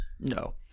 No